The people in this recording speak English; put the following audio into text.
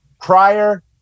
Prior